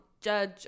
judge